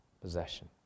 possession